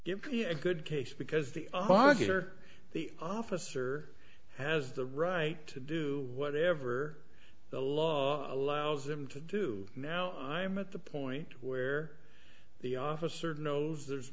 give me a good case because the occupier the officer has the right to do whatever the law allows him to do now i'm at the point where the officer knows there's